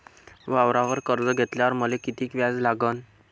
वावरावर कर्ज घेतल्यावर मले कितीक व्याज लागन?